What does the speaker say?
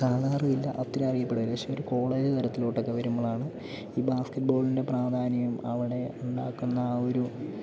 കാണാറുവില്ല ഒത്തിരി അറിയപ്പെടില്ല പക്ഷേ ഒരു കോളേജ് തരത്തിലോട്ടൊക്കെ വരുമ്പളാണ് ഈ ബാസ്കറ്റ് ബോളിൻ്റെ പ്രാധാന്യം അവിടെ ഉണ്ടാക്കുന്ന ആ ഒരു